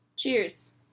Cheers